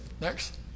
next